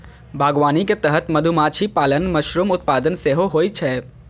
बागवानी के तहत मधुमाछी पालन, मशरूम उत्पादन सेहो होइ छै